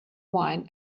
wine